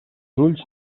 ulls